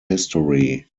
history